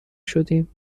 شدیم